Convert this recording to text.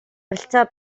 болон